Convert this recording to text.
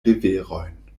riverojn